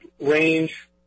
range